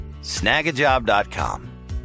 snagajob.com